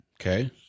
Okay